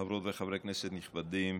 חברות וחברי כנסת נכבדים,